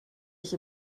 ich